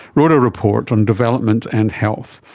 wrote a report on development and health,